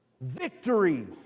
victory